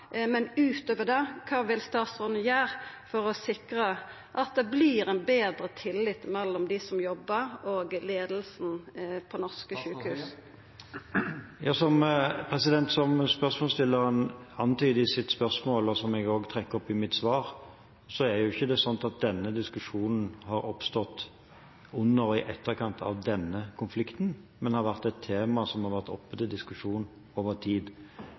Men utover det, kva vil statsråden gjera for å sikra at det vert større tillit mellom dei som jobbar, og leiinga på norske sjukehus? Som spørsmålsstilleren antyder i sitt spørsmål, og som jeg også trekker opp i mitt svar, er det ikke slik at denne diskusjonen har oppstått under og i etterkant av denne konflikten, men det har vært et tema som har vært oppe til diskusjon over tid.